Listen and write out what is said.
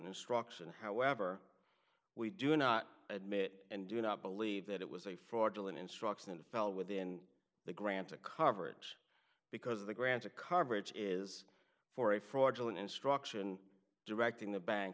instruction however we do not admit and do not believe that it was a fraudulent instruction and fell within the granta coverage because of the grant of coverage is for a fraudulent instruction directing